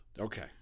Okay